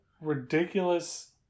ridiculous